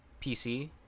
PC